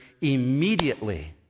immediately